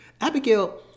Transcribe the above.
Abigail